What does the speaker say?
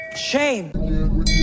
Shame